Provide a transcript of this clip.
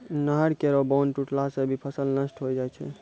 नहर केरो बांध टुटला सें भी फसल नष्ट होय जाय छै